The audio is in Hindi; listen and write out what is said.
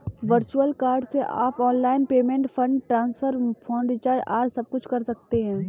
वर्चुअल कार्ड से आप online payment, fund transfer, phone recharge आदि सबकुछ कर सकते हैं